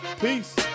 Peace